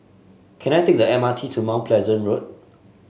can I take the M R T to Mount Pleasant Road